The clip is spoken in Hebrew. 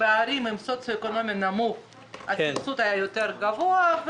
בערים עם סוציו-אקונומי נמוך הסבסוד היה יותר גבוה.